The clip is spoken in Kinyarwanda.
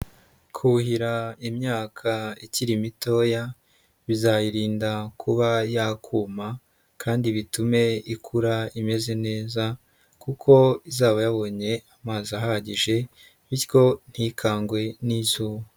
Kuhira imyaka ikiri mitoya bizayirinda kuba yakuma kandi bitume ikura imeze neza kuko izaba yabonye amazi ahagije bityo ntikangwe n'izuba.